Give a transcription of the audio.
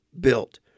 built